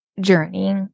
journey